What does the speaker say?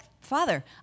Father